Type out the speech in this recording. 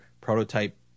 prototype